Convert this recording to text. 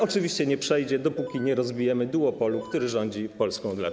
Oczywiście to nie przejdzie, dopóki nie rozbijemy duopolu, który rządzi Polską od lat.